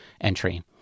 entry